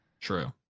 True